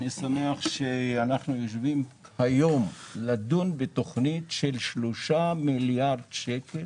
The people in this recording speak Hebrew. אני שמח שאנחנו יושבים היום לדון בתכנית של שלושה מיליארד שקלים